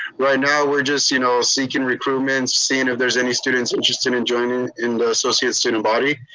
right now we're just you know ah seeking recruitment, seeing if there's any students interested in joining in the associate student body.